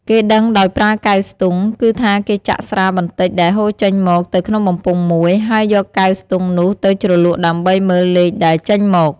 គេដឹងដោយប្រើកែវស្ទង់ គឺថាគេចាក់ស្រាបន្តិចដែលហូរចេញមកទៅក្នុងបំពង់មួយ ហើយយកកែងស្ទង់នោះទៅជ្រលក់ដើម្បីមើលលេខដែលចេញមក ។